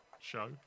show